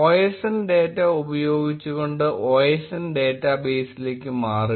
Osndata ഉപയോഗിച്ച് കൊണ്ട് osn ഡേറ്റാബേസിലേക്ക് മാറുക